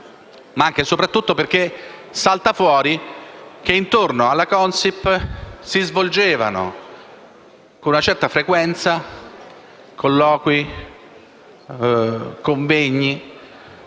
dire che soprattutto salta fuori che intorno alla Consip si svolgevano con una certa frequenza colloqui, convegni